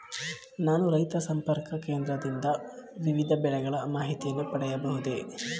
ನಾನು ರೈತ ಸಂಪರ್ಕ ಕೇಂದ್ರದಿಂದ ವಿವಿಧ ಬೆಳೆಗಳ ಮಾಹಿತಿಯನ್ನು ಪಡೆಯಬಹುದೇ?